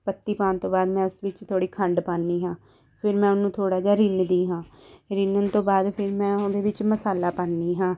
ਪੱਤੀ ਪਾਉਣ ਤੋਂ ਬਾਅਦ ਮੈਂ ਉਸ ਵਿੱਚ ਥੋੜ੍ਹੀ ਖੰਡ ਪਾਉਂਦੀ ਹਾਂ ਫਿਰ ਮੈਂ ਉਹਨੂੰ ਥੋੜ੍ਹਾ ਜਿਹਾ ਰਿੰਨ੍ਹਦੀ ਹਾਂ ਰਿੰਨ੍ਹਣ ਤੋਂ ਬਾਅਦ ਫਿਰ ਮੈਂ ਉਹਦੇ ਵਿੱਚ ਮਸਾਲਾ ਪਾਉਂਦੀ ਹਾਂ